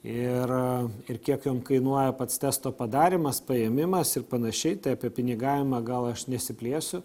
ir ir kiek ten kainuoja pats testo padarymas paėmimas ir panašiai tai apie pinigavimą gal aš nesiplėsiu